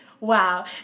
Wow